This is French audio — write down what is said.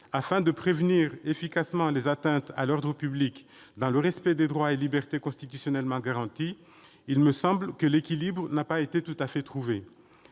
afin de prévenir efficacement les atteintes à l'ordre public dans le respect des droits et libertés constitutionnellement garantis, il me semble que l'équilibre n'a pas été tout à fait trouvé.